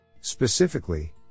Specifically